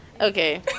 Okay